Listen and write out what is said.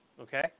Okay